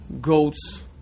goats